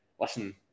listen